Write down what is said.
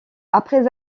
après